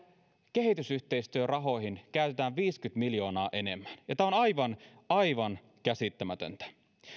kehitysyhteistyörahoihin käytetään viisikymmentä miljoonaa enemmän tämä on aivan aivan käsittämätöntä